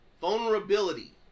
vulnerability